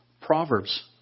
Proverbs